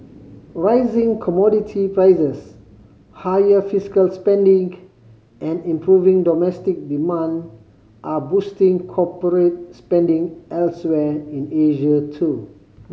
rising commodity prices higher fiscal spending and improving domestic demand are boosting corporate spending elsewhere in Asia too